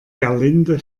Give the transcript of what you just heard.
gerlinde